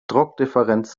druckdifferenz